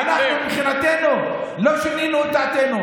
אבל אני אומר, אנחנו מבחינתנו לא שינינו את דעתנו.